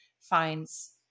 finds